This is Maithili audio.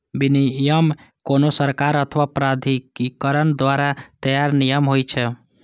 विनियम कोनो सरकार अथवा प्राधिकरण द्वारा तैयार नियम होइ छै